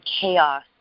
chaos